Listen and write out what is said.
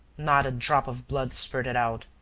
not a drop of blood spurted out,